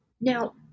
Now